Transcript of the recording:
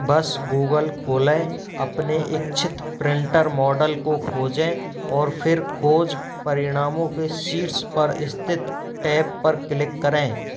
बस गूगल खोलें अपने इच्छित प्रिंटर मॉडल को खोजें और फिर खोज परिणामों के शीर्ष पर स्थित टैब पर क्लिक करें